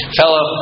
fellow